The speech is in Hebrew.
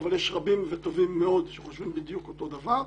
אבל יש רבים וטובים מאוד שחושבים בדיוק אותו דבר.